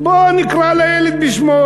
בוא נקרא לילד בשמו.